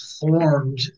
formed